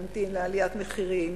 ימתין לעליית מחירים,